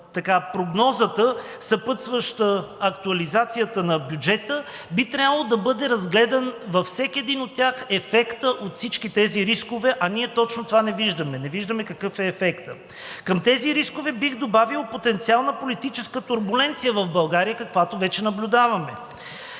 прогнозата, съпътстваща актуализацията на бюджета. Би трябвало да бъде разгледан във всеки един от тях ефектът от всички тези рискове, а ние точно това не виждаме – не виждаме какъв е ефектът. Към тези рискове бих добавил потенциална политическа турбуленция в България, каквато вече наблюдаваме.